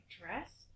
dress